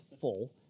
full